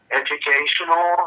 educational